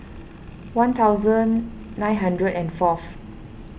one thousand nine hundred and fourth